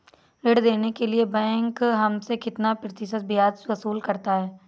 ऋण देने के लिए बैंक हमसे कितना प्रतिशत ब्याज वसूल करता है?